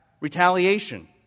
retaliation